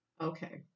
Okay